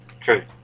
True